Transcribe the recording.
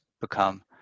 become